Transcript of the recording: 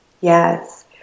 Yes